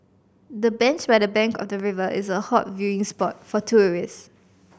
the bench by the bank of the river is a hot viewing spot for tourists